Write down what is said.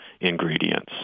ingredients